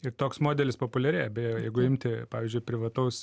ir toks modelis populiarėja beje jeigu imti pavyzdžiui privataus